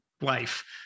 life